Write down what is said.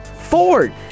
Ford